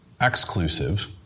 exclusive